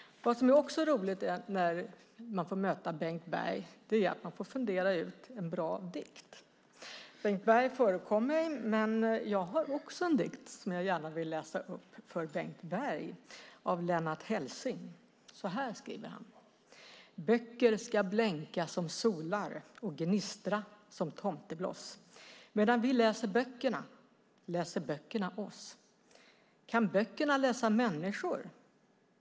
Det som också är roligt när man får möta Bengt Berg är att fundera ut en bra dikt. Bengt Berg förekom mig där, men jag har också en dikt som jag gärna vill läsa upp för Bengt Berg. Den är skriven av Lennart Hellsing. Så här skriver han: Böcker ska blänka som solar och gnistra som tomtebloss. Medan vi läser böckerna läser böckerna oss. Kan böckerna läsa människor?